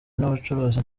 n’abacuruzi